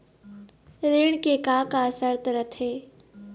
ऋण के का का शर्त रथे?